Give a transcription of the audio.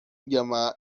llamada